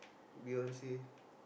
Beyonce